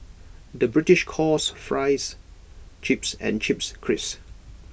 the British calls Fries Chips and Chips Crisps